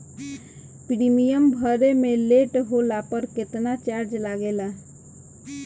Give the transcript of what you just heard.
Premium भरे मे late होला पर केतना चार्ज लागेला?